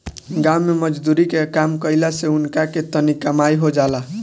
गाँव मे मजदुरी के काम कईला से उनका के तनी कमाई हो जाला